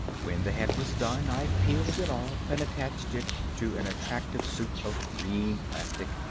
when the head was done, i peeled it off and attached it to an attractive suit of green plastic,